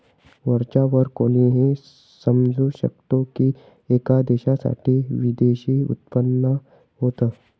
वरच्या वर कोणीही समजू शकतो की, एका देशासाठी विदेशी उत्पन्न होत